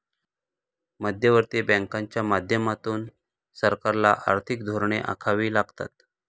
मध्यवर्ती बँकांच्या माध्यमातून सरकारला आर्थिक धोरणे आखावी लागतात